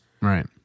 right